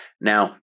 Now